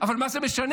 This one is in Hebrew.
אבל מה זה משנה?